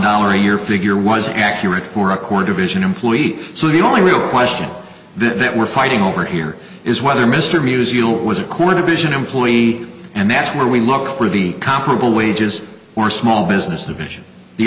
dollar a year figure was accurate for a core division employee so the only real question that we're fighting over here is whether mr musial was a core division employee and that's where we look for the comparable wages for small business division the